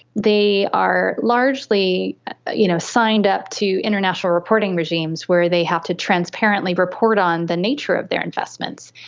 they are largely you know signed up to international reporting regimes where they have to transparently report on the nature of their investments.